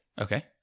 Okay